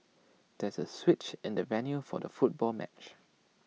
there was A switch in the venue for the football match